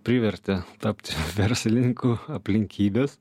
privertė tapti verslininku aplinkybės